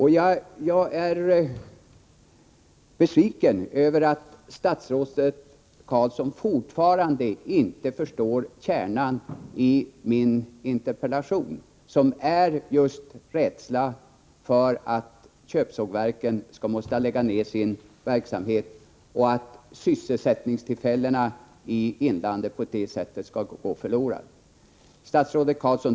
Jag är besviken över att statsrådet Carlsson fortfarande inte förstår kärnan i min interpellation, som är just rädsla för att köpsågverken måste lägga ned sin verksamhet och att sysselsättningstillfällena i inlandet på det sättet skall gå förlorade. Statsrådet Carlsson!